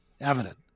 evident